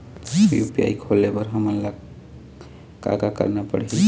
UPI खोले बर हमन ला का का करना पड़ही?